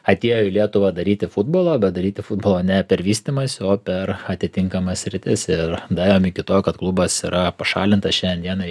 atėjo į lietuvą daryti futbolą bet daryti futbolą ne per vystymąsi o per atitinkamas sritis ir daėjom iki to kad klubas yra pašalintas šiandien dienai